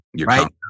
right